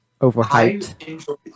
overhyped